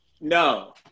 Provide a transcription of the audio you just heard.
No